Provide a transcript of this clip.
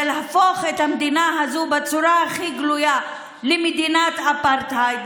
זה להפוך את המדינה הזאת בצורה הכי גלויה למדינת אפרטהייד,